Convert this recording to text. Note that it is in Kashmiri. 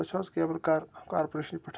تُہۍ چھُو حظ کیبٕل کار کارپٕریش پٮ۪ٹھ